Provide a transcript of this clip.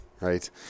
Right